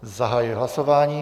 Zahajuji hlasování.